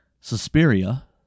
suspiria